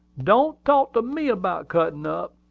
don't talk to me about cuttin' up!